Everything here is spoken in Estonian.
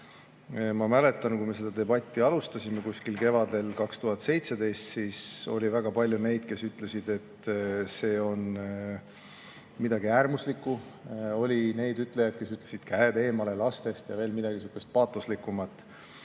Ma mäletan, kui me seda debatti alustasime kuskil kevadel 2017, siis oli väga palju neid, kes ütlesid, et see on midagi äärmuslikku. Oli neid, kes ütlesid: "Käed eemale lastest!", või öeldi veel midagi sihukest paatoslikumat.